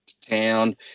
Town